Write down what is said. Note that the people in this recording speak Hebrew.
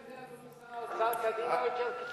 בנושא הזה, אדוני שר האוצר, קדימה יותר קיצונית.